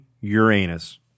uranus